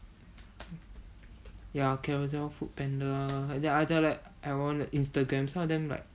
ya carousell foodpanda the other like I want instagram some of them like